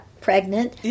pregnant